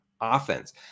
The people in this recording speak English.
offense